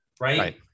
Right